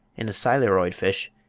in a siluroid fish,